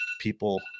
people